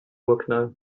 urknall